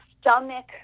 stomach